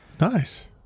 Nice